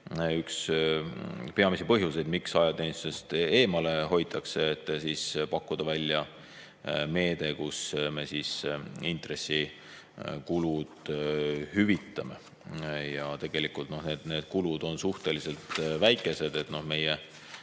üks peamisi põhjuseid, miks ajateenistusest eemale hoitakse, tuleks pakkuda välja meede, millega me intressikulud hüvitame. Tegelikult need kulud on suhteliselt väikesed. Meie